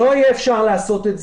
לא יהיה אפשר לעשות.